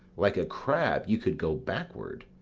like a crab, you could go backward.